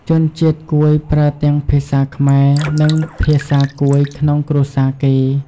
ជនជាតិកួយប្រើទាំងភាសាខ្មែរ និងភាសាកួយក្នុងគ្រួសារគេ។